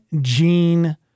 Gene